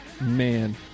Man